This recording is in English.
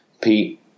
Pete